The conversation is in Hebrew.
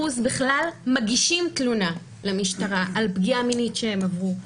בכלל מגישים תלונה למשטרה על פגיעה מינית שהם עברו.